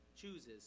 Chooses